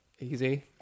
easy